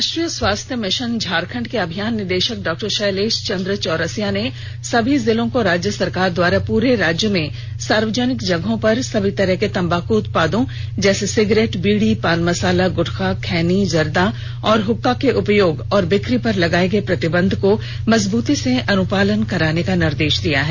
राष्ट्रीय स्वास्थ्य मिषन झारखण्ड के अभियान निदेषक डॉ शैलेष चन्द्र चौरसिया ने सभी जिलों को राज्य सरकार द्वारा पूरे राज्य में सार्वजनिक जगहों पर सभी तरह के तंबाकु उत्पादों जैसे सिगरेट बिड़ी पान मसाला गुटका खैनी जर्दा और हक्का के उपयोग और बिक्री पर लगाये गये प्रतिबंध को मजबूती से अनुपालन कराने का निर्देष दिया है